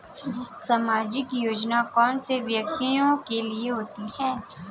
सामाजिक योजना कौन से व्यक्तियों के लिए होती है?